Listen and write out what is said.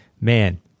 man